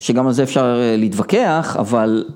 שגם על זה אפשר להתווכח אבל.